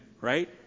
right